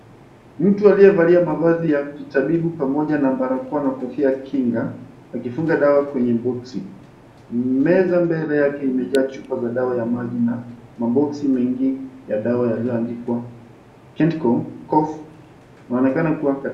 Mtu aliyevalia mavazi ya kitabibu pamoja na barakoa na kofia ya kinga, akifunga dawa kwenye boksi. Meza mbele yake imejaa chupa za dawa ya maji na maboksi mengine ya dawa yaliyoandikwa, Kenoch Cough yanaonekana kuwa katika.